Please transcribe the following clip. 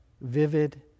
Vivid